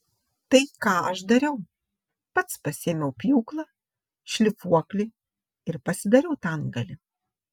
tai ką aš dariau pats pasiėmiau pjūklą šlifuoklį ir pasidariau tą antgalį